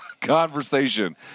conversation